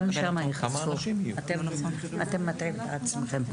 אתם מטעים את עצמכם.